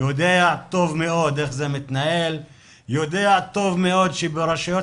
ואני יודע טוב מאוד איך זה מתנהל ויודע טוב מאוד שברשויות